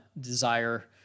desire